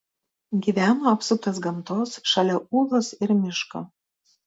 gyveno apsuptas gamtos šalia ūlos ir miško